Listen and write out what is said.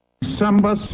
December